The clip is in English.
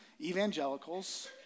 evangelicals